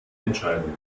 entscheidung